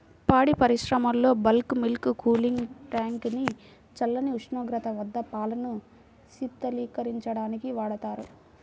పాడి పరిశ్రమలో bulk milk cooling tank ని చల్లని ఉష్ణోగ్రత వద్ద పాలను శీతలీకరించడానికి వాడతారు